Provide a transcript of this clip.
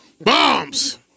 Bombs